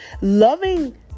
Loving